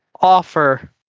offer